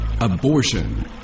abortion